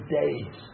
days